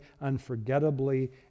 unforgettably